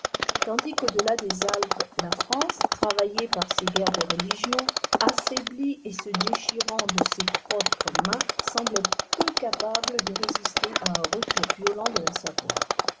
tandis quau delà des alpes la france travaillée par ses guerres de religion affaiblie et se déchirant de ses propres digitized by google mains semblait peu capable de résister à un retour violent de la savoie